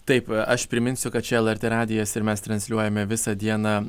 taip aš priminsiu kad čia lrt radijas ir mes transliuojame visą dieną